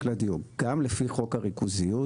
קיים לפי חוק הריכוזיות,